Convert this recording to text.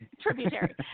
Tributary